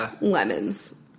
lemons